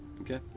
okay